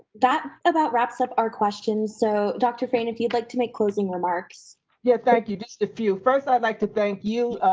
that wraps up our questions. so dr. fain, if you'd like to make closing remarks yeah thank you, just a few. first i'd like to thank you,